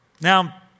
Now